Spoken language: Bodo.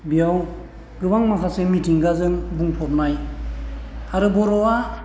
बेयाव गोबां माखासे मिथिंगाजों बुंफबनाय आरो बर'आ